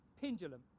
pendulum